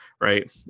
right